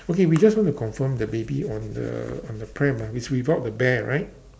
okay we just want to confirm the baby on the on the pram ah it's without the bear right